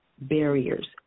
barriers